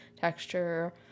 texture